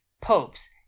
popes